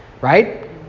right